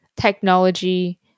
technology